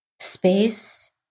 Space